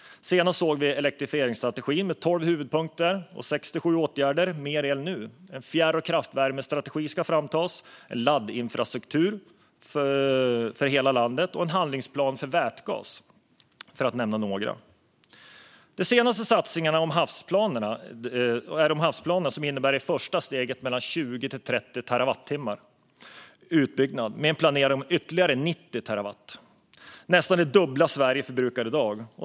Senast såg vi elektrifieringsstrategin med 12 huvudpunkter och 67 åtgärder för mer el. En fjärr och kraftvärmestrategi ska framtas, liksom en laddinfrastruktur för hela landet och en handlingsplan för vätgas, för att nämna några. Den senaste av satsningarna är havsplanerna, som i första steget innebär en utbyggnad med 20-30 terawattimmar. Det planeras för ytterligare 90 terawattimmar, vilket är nästan det dubbla mot vad Sverige förbrukar i dag.